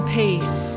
peace